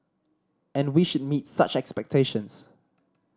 and we should meet such expectations